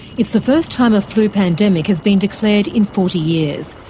it's the first time a flu pandemic has been declared in forty years.